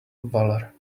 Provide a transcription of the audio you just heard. valour